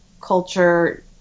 culture